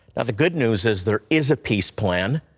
the good news is there is a peace plan,